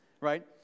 right